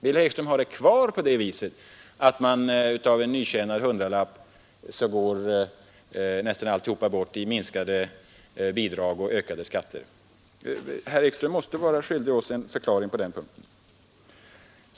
Vill herr Ekström ha kvar det förhållandet att av en nytjänad hundralapp går nästan alltihop bort i minskade bidrag och ökade skatter? Herr Ekström är verkligen skyldig oss en förklaring på den punkten.